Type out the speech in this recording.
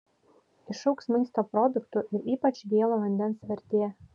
išaugs maisto produktų ir ypač gėlo vandens vertė